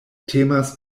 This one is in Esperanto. temas